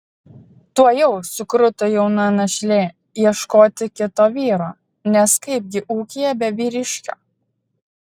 tuojau sukruto jauna našlė ieškoti kito vyro nes kaipgi ūkyje be vyriškio